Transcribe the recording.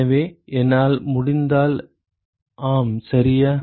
எனவே என்னால் முடிந்தால் ஆம் சரியாக